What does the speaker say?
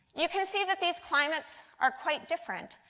you can see that these climates are quite different.